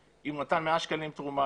אם הוא עורך דין שנותן עכשיו שירותים למפלגה,